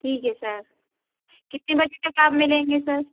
ठीक है सर कितने बजे तक आप मिलेंगे सर